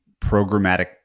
programmatic